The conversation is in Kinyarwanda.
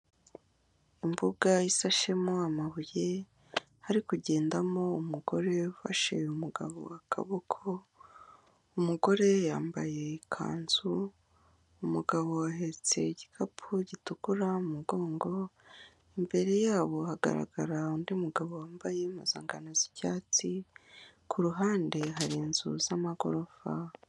Imbuga isashemo amabuye, hari kugendamo umugore wafashe umugabo akaboko. Umugore yambaye ikanzu, umugabo ahetse igikapu gitukura mu mugongo. Imbere yabo hagaragara undi mugabo wambaye impuzangano z'icyatsi, ku ruhande hari inzu z'amagorofa.